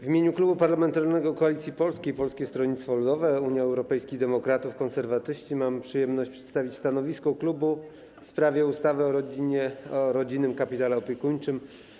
W imieniu Klubu Parlamentarnego Koalicja Polska - Polskie Stronnictwo Ludowe, Unia Europejskich Demokratów, Konserwatyści mam przyjemność przedstawić stanowisko w sprawie ustawy o rodzinnym kapitale opiekuńczym.